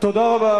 תודה רבה.